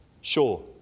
Sure